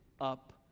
up